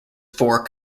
four